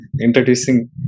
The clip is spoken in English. introducing